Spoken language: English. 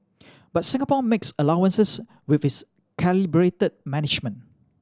but Singapore makes allowances with its calibrated management